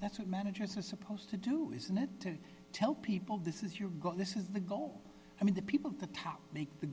that's what managers are supposed to do isn't it to tell people this is your goal this is the goal i mean the people at the top